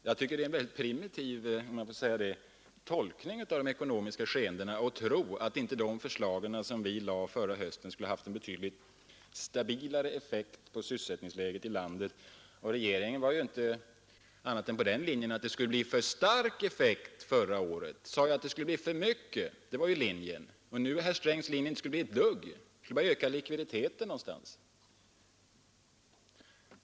Jag tycker det är en mycket primitiv tolkning av de ekonomiska skeendena att tro att inte de förslag som vi lade fram förra hösten skulle ha haft en betydligt stabilare effekt på sysselsättningsläget i landet. Regeringen var inte inne på någon annan linje än att en sänkning av mervärdeskatten skulle ge en för stark effekt. Nu säger herr Sträng att det bara skulle öka likviditeten någonstans.